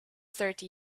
thirty